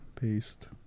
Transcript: Paste